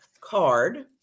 card